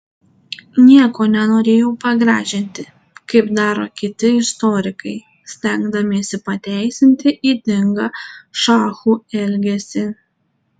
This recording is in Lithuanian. nieko nenorėjau pagražinti kaip daro kiti istorikai stengdamiesi pateisinti ydingą šachų elgesį